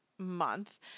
month